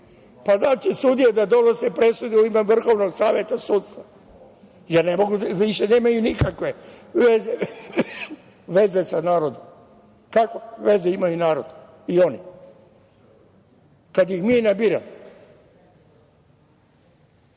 da li će sudije da donose presudu u ime Vrhovnog saveta sudstva, jer više nemaju nikakve veze sa narodom. Kakve veze imaju narod i oni, kad ih mi ne biramo? Da